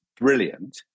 brilliant